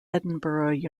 edinburgh